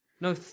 No